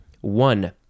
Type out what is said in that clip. One